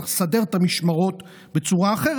צריך לסדר את המשמרות בצורה אחרת,